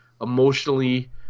emotionally